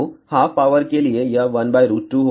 तो half power के लिए यह 12 होगा